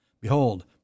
Behold